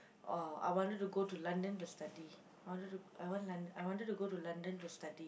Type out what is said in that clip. oh I wanted to go to London to study I wanted to I want Lon~ I wanted to go to London to study